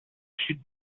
sud